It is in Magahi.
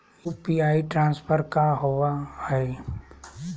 यू.पी.आई ट्रांसफर का होव हई?